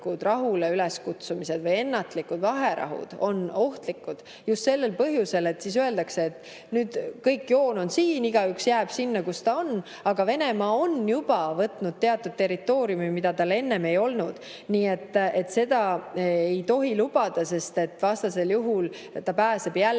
rahule üleskutsumised või ennatlikud vaherahud on ohtlikud just sellel põhjusel, et siis öeldakse, et kõik, joon on siin, igaüks jääb sinna, kus ta on. Aga Venemaa on juba võtnud territooriumi, mida tal enne ei olnud. Seda ei tohi lubada, sest vastasel juhul ta pääseb jälle